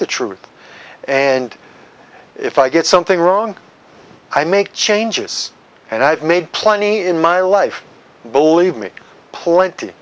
the truth and if i get something wrong i make changes and i've made plenty in my life believe me plenty